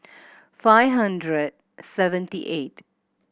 five hundred seventy eight